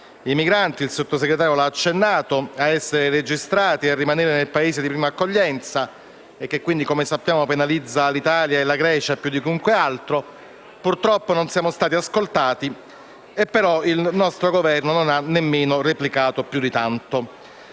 i migranti - il Sottosegretario ne ha fatto cenno - a essere registrati e a rimanere nel Paese di prima accoglienza e che, quindi - come sappiamo - penalizza l'Italia e la Grecia più di chiunque altro. Purtroppo, non siamo stati ascoltati e il nostro Governo non ha nemmeno replicato più di tanto.